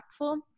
impactful